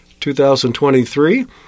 2023